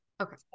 Okay